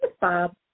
Bob